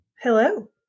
Hello